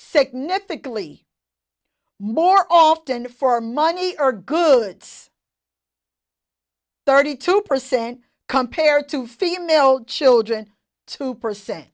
significantly more often for money or goods thirty two percent compared to female children two per